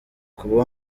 kuba